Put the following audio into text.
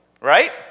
right